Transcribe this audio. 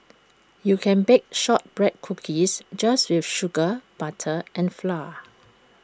you can bake Shortbread Cookies just with sugar butter and flour